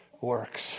works